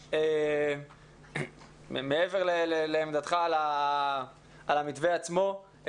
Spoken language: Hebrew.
מעבר לעמדתך על המתווה עצמו,